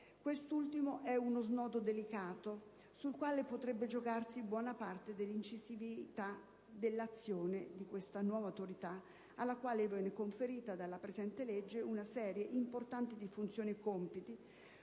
Quest'ultimo è uno snodo delicato sul quale potrebbe giocarsi buona parte dell'incisività dell'azione di questa nuova Autorità, alla quale viene conferita dalla presente legge una serie importante di funzioni e compiti,